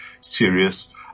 serious